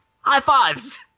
High-fives